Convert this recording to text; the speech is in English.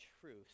truth